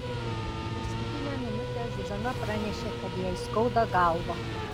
paskutinę minutę zuzana pranešė kad jai skauda galvą